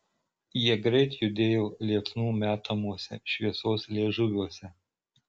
jie greit judėjo liepsnų metamuose šviesos liežuviuose